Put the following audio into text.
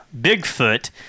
Bigfoot